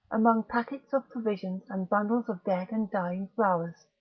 among packets of provisions and bundles of dead and dying flowers.